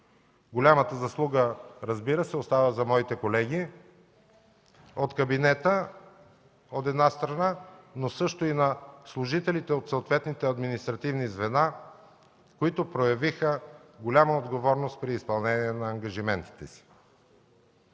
Голямата заслуга, разбира се, остава за моите колеги от кабинета, от една страна, но също и на служителите от съответните административни звена, които проявиха голяма отговорност при изпълнение на ангажиментите си.